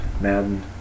Madden